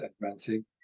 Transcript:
advancing